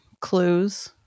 clues